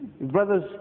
Brothers